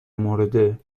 مورد